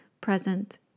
present